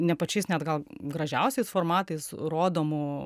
ne pačiais net gal gražiausiais formatais rodomu